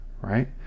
right